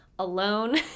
Alone